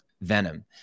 venom